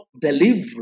delivery